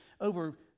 over